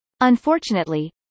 Unfortunately